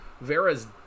Vera's